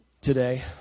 today